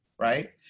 right